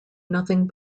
nothing